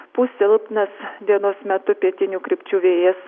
pūs silpnas dienos metu pietinių krypčių vėjas